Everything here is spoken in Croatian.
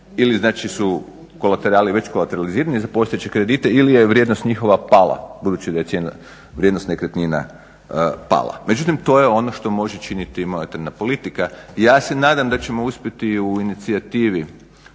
znači kolaterali već kolaterizirani za postojeće kredite ili je vrijednost njihova pala budući da je cijena, vrijednost nekretnina pala. Međutim, to je ono što može činiti monetarna politika i ja se nadam da ćemo uspjeti u inicijativi